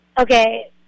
Okay